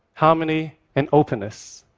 harmony and openness.